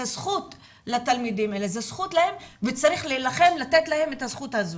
זו זכות של התלמידים האלה וצריך להילחם לתת להם את הזכות הזו.